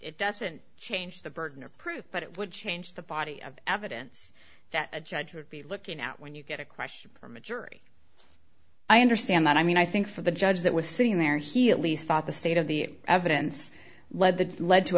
doesn't change the burden of proof but it would change the body of evidence that a judge would be looking at when you get a question from a jury i understand that i mean i think for the judge that was sitting there he at least thought the state of the evidence led the lead to